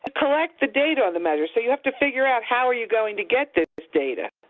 collect the data on the measure, so you have to figure out how are you going to get this data,